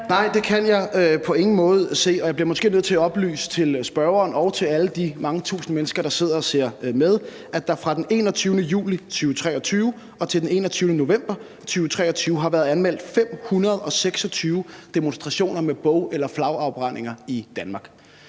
Nej, det kan jeg på ingen måde se, og jeg bliver måske nødt til at oplyse til spørgeren og til alle de mange tusinde mennesker, der sidder og ser med, at der fra den 21. juli 2023 og til den 21. november 2023 har været anmeldt 526 demonstrationer med bog- eller flagafbrændinger i Danmark.